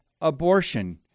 Abortion